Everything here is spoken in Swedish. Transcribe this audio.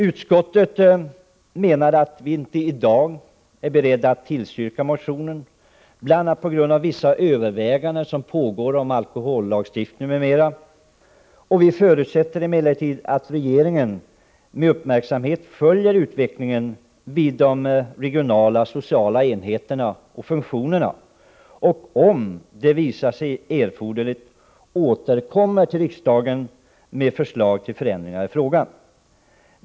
Utskottet är i dag inte berett att tillstyrka motionen, bl.a. på grund av vissa överväganden som pågår om alkohollagstiftning m.m. Vi förutsätter emellertid att regeringen med uppmärksamhet följer utvecklingen vid de regionala sociala enheterna och funktionerna. Om det visar sig erforderligt återkommer vi till riksdagen med förslag till förändringar i frågan.